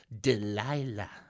Delilah